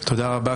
תודה רבה,